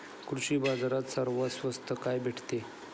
कृषी बाजारात सर्वात स्वस्त काय भेटते?